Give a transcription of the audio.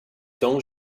temps